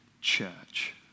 church